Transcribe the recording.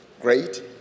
great